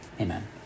Amen